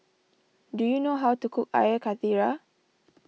do you know how to cook Air Karthira